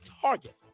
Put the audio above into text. target